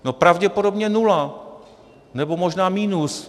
No, pravděpodobně nula, nebo možná minus.